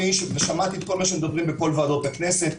שמעתי את כל מה שמדברים בכל ועדות הכנסת.